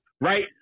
Right